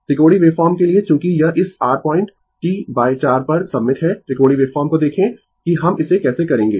त्रिकोणीय wave form के लिए चूँकि यह इस r पॉइंट T 4 पर सममित है त्रिकोणीय वेवफॉर्म को देखें कि हम इसे कैसे करेंगें